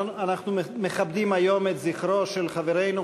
אנחנו מכבדים היום את זכרו של חברנו,